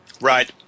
Right